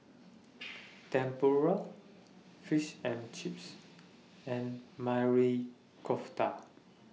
Tempura Fish and Chips and Marry Kofta